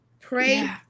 Pray